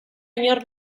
inor